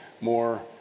more